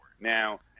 Now